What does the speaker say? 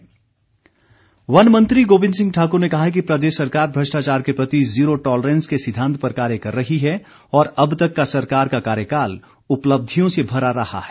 गोविंद ठाकुर वन मंत्री गोविंद सिंह ठाकुर ने कहा है कि प्रदेश सरकार भ्रष्टाचार के प्रति जीरो टॉलरेंस के सिद्वांत पर कार्य कर रही है और अब तक का सरकार का कार्यकाल उपलब्धियों से भरा रहा है